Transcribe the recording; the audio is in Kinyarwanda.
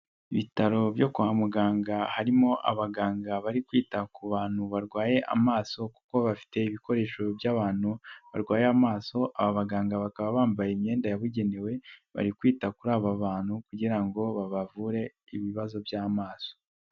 Ibitaro byo kwa muganga harimo abaganga bari kwita ku bantu barwaye amaso kuko bafite ibikoresho by'abantu barwaye amaso, aba baganga bakaba bambaye imyenda yabugenewe bari kwita kuri aba bantu kugira ngo babavure ibibazo by'amaso.